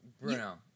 Bruno